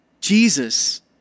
Jesus